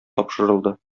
тапшырылды